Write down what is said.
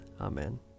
Amen